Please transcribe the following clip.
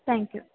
thank you